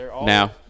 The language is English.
Now